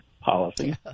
policy